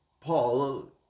Paul